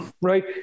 right